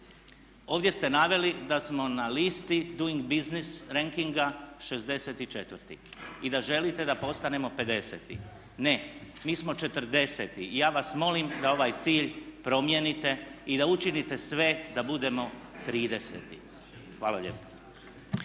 Ovdje ste naveli da smo na listi duing biznis renkinga 64. i da želite da postanemo 50. Ne, mi smo 40 i ja vas molim da ovaj cilj promijenite i da učinite sve da budemo 30. Hvala lijepa.